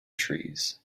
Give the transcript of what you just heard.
trees